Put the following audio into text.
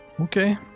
okay